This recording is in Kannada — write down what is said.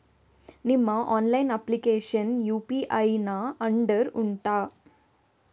ನಿಮ್ಮ ಆನ್ಲೈನ್ ಅಪ್ಲಿಕೇಶನ್ ಯು.ಪಿ.ಐ ನ ಅಂಡರ್ ಉಂಟಾ